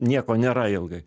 nieko nėra ilgai